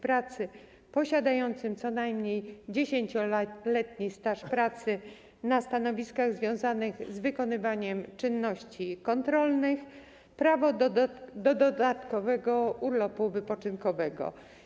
Pracy posiadającym co najmniej 10-letni staż pracy na stanowiskach związanych z wykonywaniem czynności kontrolnych prawo do dodatkowego urlopu wypoczynkowego.